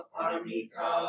Paramita